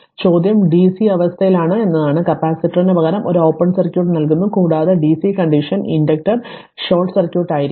അതിനാൽ ചോദ്യം dc അവസ്ഥയിലാണ് എന്നതാണ് കപ്പാസിറ്ററിന് പകരം ഒരു ഓപ്പൺ സർക്യൂട്ട് നൽകുന്നു കൂടാതെ DC condition inductor short circuit ആയിരിക്കണം